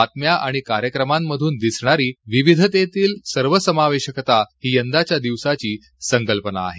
बातम्या आणि कार्यक्रमांमधून दिसणारी विविधेतील सर्वसमावेशकता ही यंदाच्या दिवसाची संकल्पना आहे